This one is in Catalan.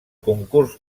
concurs